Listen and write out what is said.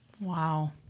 Wow